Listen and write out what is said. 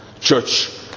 church